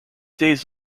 days